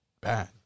bad